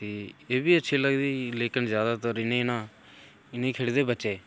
ते एह्बी अच्छी लगदी लेकिन जैदातर ना इ'नें गी खेढदे बच्चे